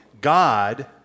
God